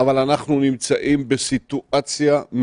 ההכנסות הם מהקהל ואנחנו ניפגע מאוד ולא נוכל להחזיר מאות